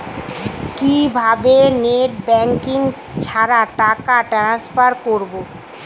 কিভাবে net banking ছাড়া টাকা ট্রান্সফার করবো?